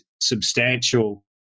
substantial